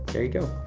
there you go.